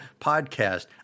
podcast